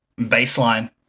baseline